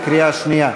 בקריאה שנייה.